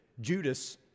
Judas